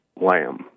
lamb